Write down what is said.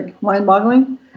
mind-boggling